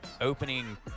opening